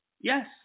Yes